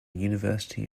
university